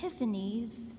epiphanies